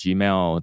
Gmail